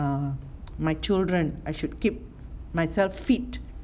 err my children I should keep myself fit